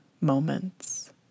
moments